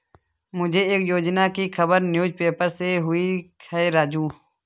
मुझे एक योजना की खबर न्यूज़ पेपर से हुई है राजू